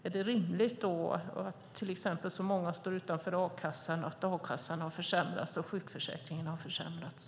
Är det rimligt att många till exempel står utanför a-kassan eller att a-kassan har försämrats och att sjukförsäkringen har försämrats?